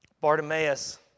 Bartimaeus